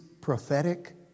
prophetic